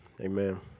Amen